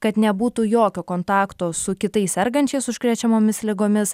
kad nebūtų jokio kontakto su kitais sergančiais užkrečiamomis ligomis